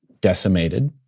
decimated